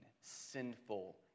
sinful